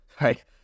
Right